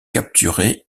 capturés